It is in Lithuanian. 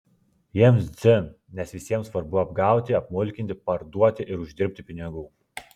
jiems dzin nes visiems svarbu apgauti apmulkinti parduoti ir uždirbti pinigų